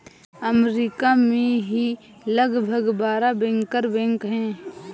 अमरीका में ही लगभग बारह बैंकर बैंक हैं